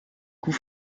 coup